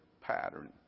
pattern